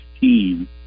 team